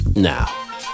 Now